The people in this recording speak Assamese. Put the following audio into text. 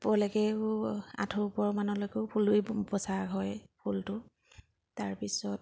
ওপৰলৈকে আঁঠুৰ ওপৰৰ মানলৈকেও ফুল এই বচা হয় ফুলটো তাৰপিছত